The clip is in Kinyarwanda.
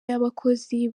y’abakozi